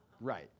right